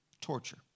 torture